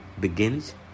begins